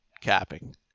capping